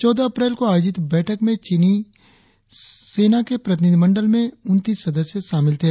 चौदह अप्रैल को आयोजित बैठक में चीनी सेन आके प्रतिनिधिमंडल में उनतीस सदस्य शामिल थे